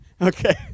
Okay